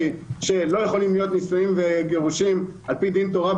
שלא יכולים להיות נישואים וגירושים בישראל על פי דין תורה.